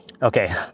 Okay